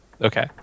Okay